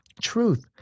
Truth